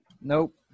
Nope